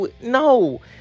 no